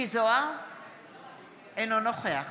אינו נוכח